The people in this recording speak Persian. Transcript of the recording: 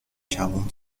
کمون